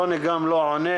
רוני לא עונה,